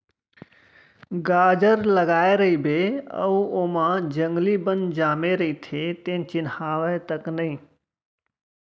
गाजर लगाए रइबे अउ ओमा जंगली बन जामे रइथे तेन चिन्हावय तक नई